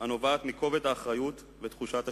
הנובעת מכובד האחריות ומתחושת השליחות.